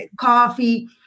coffee